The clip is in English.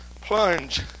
plunge